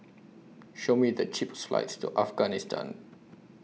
Show Me The cheapest flights to Afghanistan